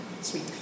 Sweet